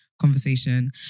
conversation